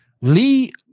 Lee